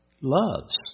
loves